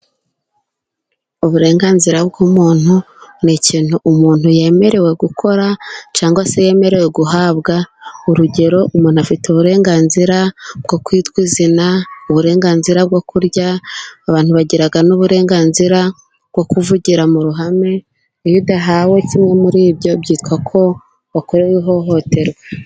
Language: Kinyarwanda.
Uburenganzira bw'umuntu, ni ikintu umuntu yemerewe gukora, cyangwa se yemerewe guhabwa. Urugero: umuntu afite uburenganzira bwo kwitwa izina, uburenganzira bwo kurya, abantu bagira n'uburenganzira bwo kuvugira mu ruhame, iyo udahawe kimwe muri ibyo byitwa ko wakorewe ihohoterwa.